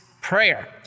prayer